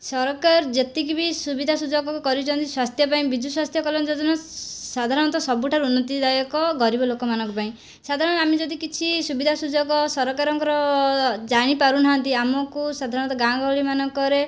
ସରକାର ଯେତିକି ବି ସୁବିଧା ସୁଯୋଗ କରୁଛନ୍ତି ସ୍ଵାସ୍ଥ୍ୟ ପାଇଁ ବିଜୁ ସ୍ଵାସ୍ଥ୍ୟ କଲ୍ୟାଣ ଯୋଜନା ସାଧାରଣତଃ ସବୁଠାରୁ ଉନ୍ନତି ଦାୟକ ଗରିବ ଲୋକମାନଙ୍କ ପାଇଁ ସାଧାରଣତଃ ଆମେ ଯଦି କିଛି ସୁବିଧା ସୁଯୋଗ ସରକାରଙ୍କର ଜାଣି ପାରୁନାହାନ୍ତି ଆମକୁ ସାଧାରଣତଃ ଗାଁ ଗହଳି ମାନଙ୍କରେ